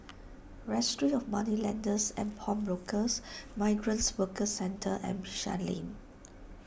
Registry of Moneylenders and Pawnbrokers Migrant Workers Centre and Bishan Lane